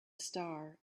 star